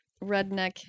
redneck